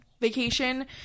vacation